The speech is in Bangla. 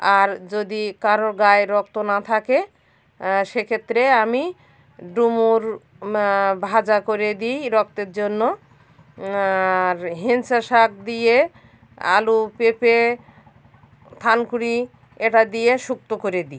আর যদি কারো গায়ে রক্ত না থাকে সে ক্ষেত্রে আমি ডুমুর ভাজা করে দিই রক্তের জন্য আর হেলেঞ্চা শাক দিয়ে আলু পেঁপে থানকুড়ি এটা দিয়ে শুক্ত করে দিই